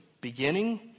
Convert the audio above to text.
beginning